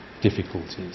difficulties